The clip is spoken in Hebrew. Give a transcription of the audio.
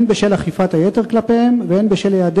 הן בשל אכיפת היתר כלפיהם והן בשל העדר